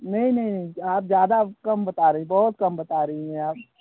नहीं नहीं आप ज़्यादा कम बता रही हैं बहुत कम बता रही हैं आप